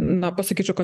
na pasakyčiau kad